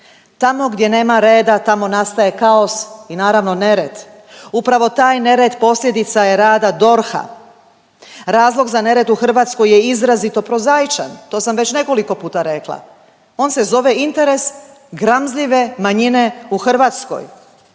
Tamo gdje nema reda tamo nastaje kaos i naravno nered. Upravo taj nered posljedica je rada DORH-a. Razlog za nered u Hrvatskoj je izrazito prozaičan to sam već nekoliko puta rekla. On se zove interes gramzljive manjine u Hrvatskoj